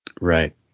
right